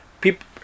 people